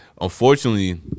unfortunately